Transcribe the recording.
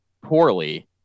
poorly